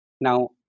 Now